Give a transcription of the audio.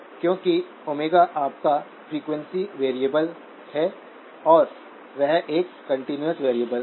क्योंकि ओमेगा आपका frequency variable है और वह एक कंटीन्यूअस वैरिएबल है